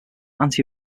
anti